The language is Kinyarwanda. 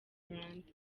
rwanda